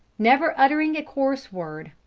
never uttering a coarse word,